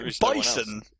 Bison